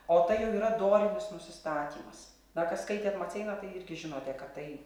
o tai jau yra dorinis nusistatymas na kas skaitėt maceiną tai irgi žinote kad tai